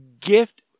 gift